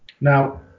now